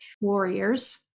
warriors